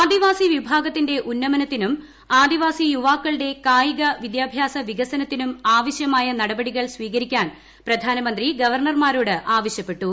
ആദിവാസി വിഭാഗത്തിന്റെ ഉന്നിമന്ത്തിനും ് ആദിവാസി യുവാക്കളുടെ കായിക വിദ്യാഭ്യാസ വിക്കുന്നത്തീനും ആവശ്യമായ നടപടികൾ സ്വീകരിക്കാൻ പ്രധാനമന്ത്രീ ഗ്ല്പ്ർണർമാരോട് ആവശ്യപ്പെട്ടു